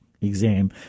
exam